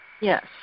Yes